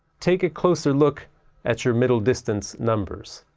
take a closer look at your middle distance numbers.